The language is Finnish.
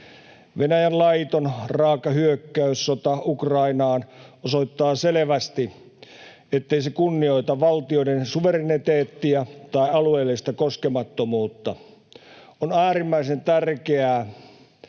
Venäjän laiton, raaka hyökkäyssota Ukrainaan osoittaa selvästi, ettei se kunnioita valtioiden suvereniteettia tai alueellista koskemattomuutta. On äärimmäisen tärkeää,